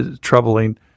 troubling